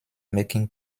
making